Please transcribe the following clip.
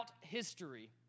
history